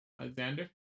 Alexander